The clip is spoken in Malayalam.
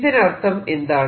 ഇതിനർത്ഥം എന്താണ്